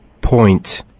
point